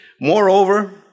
moreover